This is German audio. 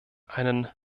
einen